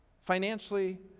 financially